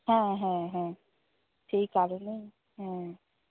হ্যাঁ হ্যাঁ হ্যাঁ সেই কারণেই হ্যাঁ